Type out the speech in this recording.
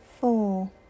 four